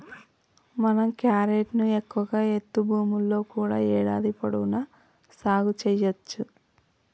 మనం క్యారెట్ ను ఎక్కువ ఎత్తు భూముల్లో కూడా ఏడాది పొడవునా సాగు సెయ్యవచ్చు